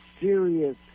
serious